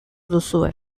duzue